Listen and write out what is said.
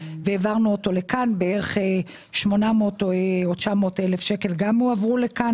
635, כ-800,000-900,000 שקל שהועברו לכאן.